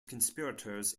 conspirators